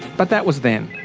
but that was then.